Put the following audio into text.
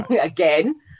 again